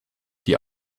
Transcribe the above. die